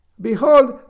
Behold